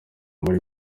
muri